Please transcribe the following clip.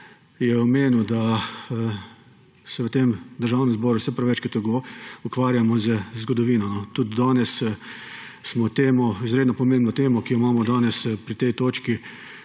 je omenil, da se v Državnem zboru vse prevečkrat ukvarjamo z zgodovino. Tudi danes smo to izredno pomembno temo, ki jo imamo danes pri tej točki,